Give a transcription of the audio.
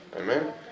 Amen